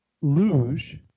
Luge